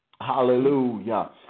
Hallelujah